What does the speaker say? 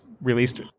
released